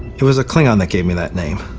it was a klingon that gave me that name.